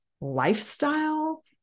lifestyle